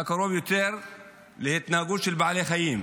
אתה קרוב יותר להתנהגות של בעלי חיים.